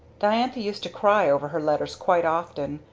diantha used to cry over her letters quite often.